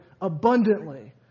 abundantly